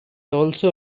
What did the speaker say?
also